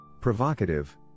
Provocative